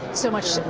so much